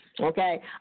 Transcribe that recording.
Okay